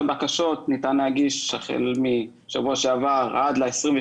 מה הצד האופרטיבי שעליהן לנקוט